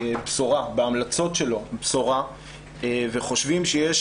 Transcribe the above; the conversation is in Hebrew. רואים בהמלצות של הדוח בשורה וחושבים שיש